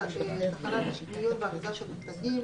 תחנות מיון ואריזה של דגים,